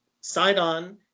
sidon